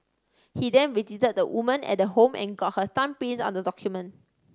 he then visited the woman at the home and got her thumbprints on the document